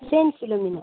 saint Philomena